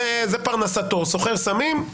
פרנסתו סוחר סמים,